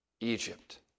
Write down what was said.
Egypt